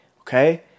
okay